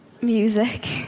Music